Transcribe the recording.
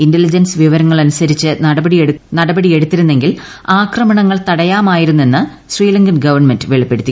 intelligence വിവരങ്ങളനുസരിച്ച് നടപടിയെടുത്തിരുന്നെങ്കിൽ തടയാമായിരുന്നെന്ന് ശ്രീലങ്കൻ ഗവൺമെന്റ് ആക്രമണങ്ങൾ വെളിപ്പെടുത്തി